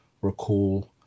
recall